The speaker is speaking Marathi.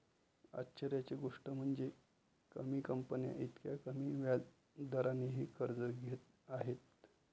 आश्चर्याची गोष्ट म्हणजे, कमी कंपन्या इतक्या कमी व्याज दरानेही कर्ज घेत आहेत